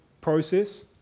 process